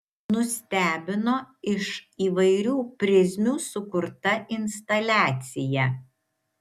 nustebino iš įvairių prizmių sukurta instaliacija